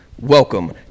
Welcome